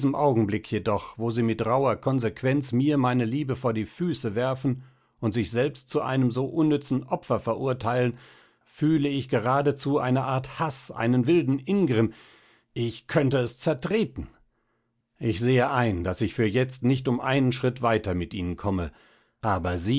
augenblick jedoch wo sie mit rauher konsequenz mir meine liebe vor die füße werfen und sich selbst zu einem so unnützen opfer verurteilen fühle ich geradezu eine art haß einen wilden ingrimm ich könnte es zertreten ich sehe ein daß ich für jetzt nicht um einen schritt weiter mit ihnen komme aber